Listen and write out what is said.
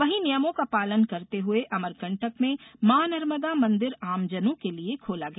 वहीं नियमों का पालन करते हुए अमरकंटक में मां नर्मदा मंदिर आमजनों के लिए खोला गया